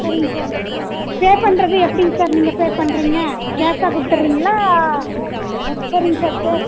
சரிங்க sir pay பண்ணுறது எப்படிங்க சார் நீங்கள் பே பண்ணுறீங்க கேஷாக கொடுத்தடுறீங்களா சரிங்க சார்